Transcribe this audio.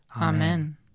Amen